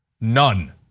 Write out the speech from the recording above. none